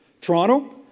Toronto